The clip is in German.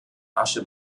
rasche